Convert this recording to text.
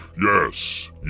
yes